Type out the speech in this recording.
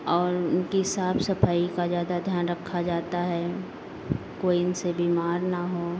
और उनकी साफ़ सफाई का ज़्यादा ध्यान रखा जाता है कोई उनसे बीमार ना हो